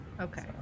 Okay